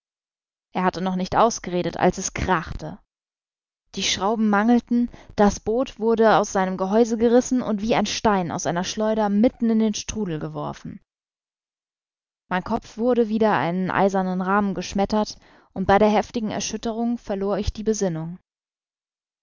er hatte noch nicht ausgeredet als es krachte die schrauben mangelten das boot wurde aus seinem gehäuse gerissen und wie ein stein aus einer schleuder mitten in den strudel geworfen mein kopf wurde wider einen eisernen rahmen geschmettert und bei der heftigen erschütterung verlor ich die besinnung